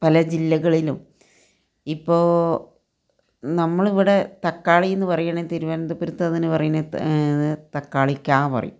പല ജില്ലകളിലും ഇപ്പോൾ നമ്മൾ ഇവിടെ തക്കാളി എന്ന് പറയുന്നത് തിരുവനന്തപുരത്ത് അതിനെ പറയുന്നത് തക്കാളിക്ക പറയും